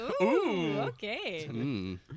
Okay